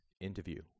Interview